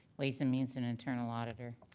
ways and means and internal auditor.